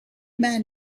man